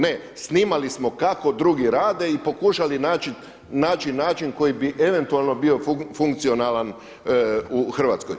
Ne, snimali smo kako drugi rade i pokušali naći način koji bi eventualno bio funkcionalan u Hrvatskoj.